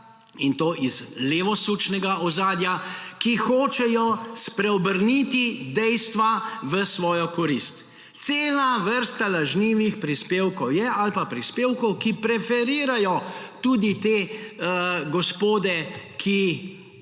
in to iz levosučnega ozadja, ki hočejo spreobrniti dejstva v svojo korist. Cela vrsta lažnivih prispevkov je ali pa prispevkov, ki preferirajo tudi te gospode, ki